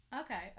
Okay